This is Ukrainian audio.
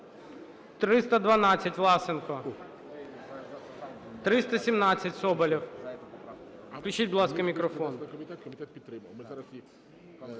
312, Власенко. 317, Соболєв. Включіть, будь ласка, мікрофон.